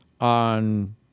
on